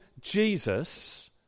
Jesus